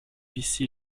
ici